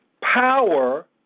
power